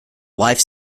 life